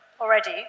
already